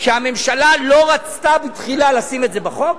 שהממשלה לא רצתה בתחילה לשים את זה בחוק,